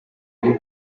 rw’u